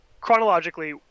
chronologically